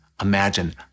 Imagine